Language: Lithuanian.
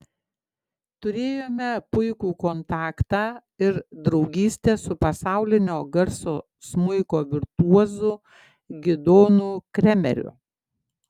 turėjome puikų kontaktą ir draugystę su pasaulinio garso smuiko virtuozu gidonu kremeriu